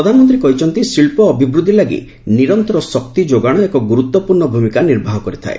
ପ୍ରଧାନମନ୍ତ୍ରୀ କହିଛନ୍ତି ଶିଳ୍ପ ଅଭିବୃଦ୍ଧି ଲାଗି ନିରନ୍ତର ଶକ୍ତି ଯୋଗାଣ ଏକ ଗୁରୁତ୍ୱପୂର୍ଣ୍ଣ ଭୂମିକା ନିର୍ବାହ କରିଥାଏ